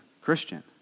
Christian